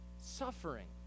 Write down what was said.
suffering